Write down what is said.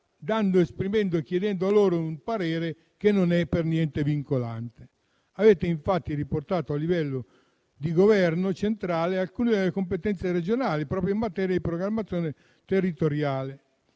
viene loro richiesto un parere che non è affatto vincolante. Avete infatti riportato al livello di Governo centrale alcune delle competenze regionali proprio in materia di programmazione territoriale,